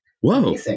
whoa